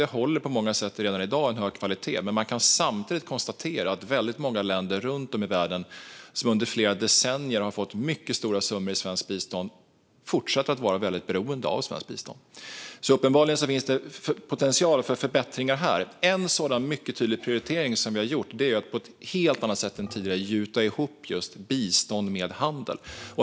Det håller på många sätt redan i dag hög kvalitet, men man kan samtidigt konstatera att många länder runt om i världen som under flera decennier har fått mycket stora summor i svenskt bistånd fortsätter att vara väldigt beroende av svenskt bistånd. Uppenbarligen finns det alltså potential för förbättringar här. En mycket tydlig sådan prioritering som vi har gjort är att på ett helt annat sätt än tidigare gjuta ihop bistånd med handel.